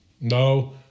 No